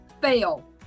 fail